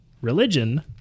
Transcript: religion